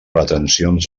retencions